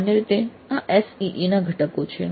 સામાન્ય રીતે આ SEE ના ઘટકો છે